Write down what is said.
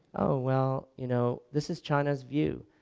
well you know this is china's view,